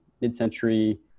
mid-century